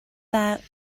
that